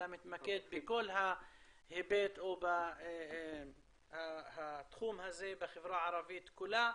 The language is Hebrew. אלא מתמקד בכל ההיבט או בתחום הזה בחברה הערבית כולה.